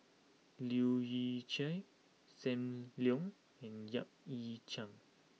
Leu Yew Chye Sam Leong and Yap Ee Chian